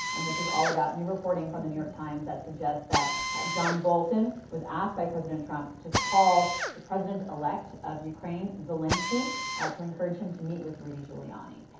and this is all about new reporting from the new york times that suggests that john bolton was asked by president trump to call the president elect of you crane, zelensky to encourage him to meet with rudy giuliani.